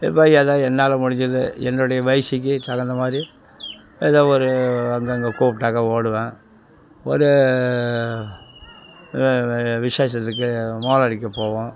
இப்போ ஏதோ என்னால் முடிஞ்சது என்னுடைய வயிசுக்கு தகுந்தமாதிரி ஏதோ ஒரு அங்கங்கே கூப்ட்டாக்கா ஓடுவேன் ஒரு விஷேசத்துக்கு மேளம் அடிக்க போவோம்